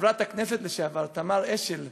חברת הכנסת לשעבר תמר אשל,